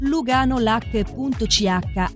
LuganoLac.ch